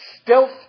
stealth